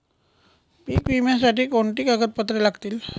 पीक विम्यासाठी कोणती कागदपत्रे लागतील?